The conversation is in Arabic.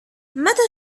متى